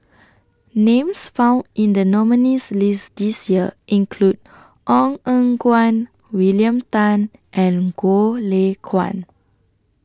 Names found in The nominees' list This Year include Ong Eng Guan William Tan and Goh Lay Kuan